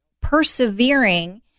persevering